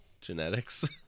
genetics